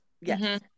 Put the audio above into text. Yes